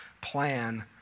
plan